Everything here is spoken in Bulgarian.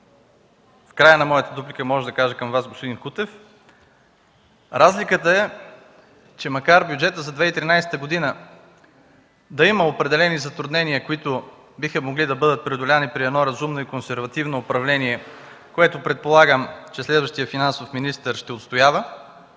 в края на моята дуплика мога да кажа към Вас, господин Кутев: разликата е – макар бюджетът за 2013 г. да има определени затруднения, които биха могли да бъдат преодолени при едно разумно и консервативно управление, което предполагам, че следващият финансов министър ще отстоява,